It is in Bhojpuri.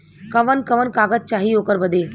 कवन कवन कागज चाही ओकर बदे?